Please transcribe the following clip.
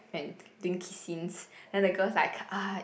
when doing kiss scenes then the girl is like cut